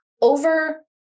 over